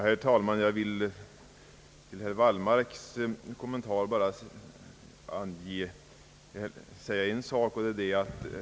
Herr talman! Med anledning av herr Wallmarks kommentar vill jag bara an föra en sak.